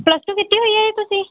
plus two ਕੀਤੀ ਹੋਈ ਹੈ ਜੀ ਤੁਸੀਂ